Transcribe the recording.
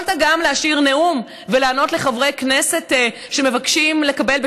יכולת גם להשאיר נאום ולענות לחברי כנסת שמבקשים לקבל,